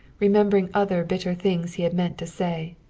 remembering other bitter things he had meant to say,